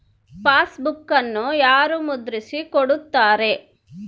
ಪಾಸ್ಬುಕನ್ನು ಯಾರು ಮುದ್ರಿಸಿ ಕೊಡುತ್ತಾರೆ?